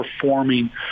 performing